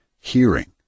hearing